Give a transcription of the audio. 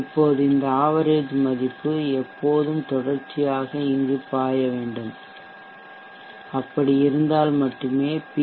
இப்போது இந்த ஆவரேஜ் மதிப்பு எப்போதும் தொடர்ச்சியாக இங்கு பாய வேண்டும் அப்படி இருந்தால் மட்டுமே நீங்கள் பி